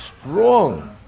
strong